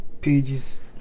pages